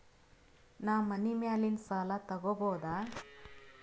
ನಾ ಮನಿ ಮ್ಯಾಲಿನ ಸಾಲ ತಗೋಬಹುದಾ?